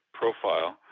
profile